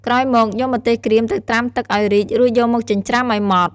ក្រោយមកយកម្ទេសក្រៀមទៅត្រាំទឹកឱ្យរីក រួចយកមកចិញ្ច្រាំឱ្យម៉ដ្ឋ។